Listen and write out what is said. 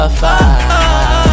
five